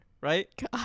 right